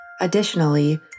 Additionally